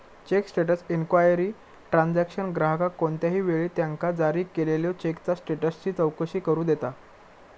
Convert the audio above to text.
check status inquiry transaction ग्राहकाक कोणत्याही वेळी त्यांका जारी केलेल्यो चेकचा स्टेटसची चौकशी करू देता